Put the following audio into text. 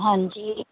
ਹਾਂਜੀ